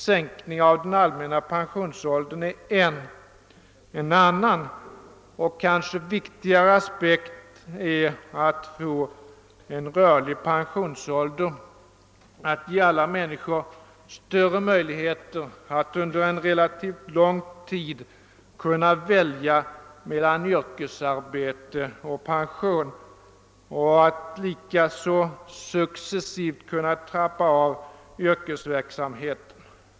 Sänkning av den allmänna pensionsåldern är en av dessa frågor, en annan — och det är kanske en viktigare aspekt — är att få en rörlig pensionsålder, att ge alla människor större möjligheter att under en relativt lång tid kunna välja mellan yrkesarbete och pension och att likaså successivt kunna trappa av yrkesverksamheten.